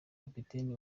kapiteni